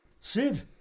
Sid